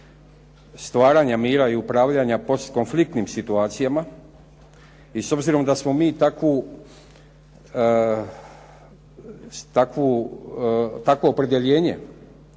stvaranja mira i upravljanja postkonfliktnim situacijama i s obzirom da smo mi takvo opredjeljenje